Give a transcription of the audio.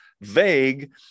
vague